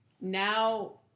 now